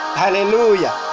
hallelujah